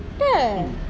kan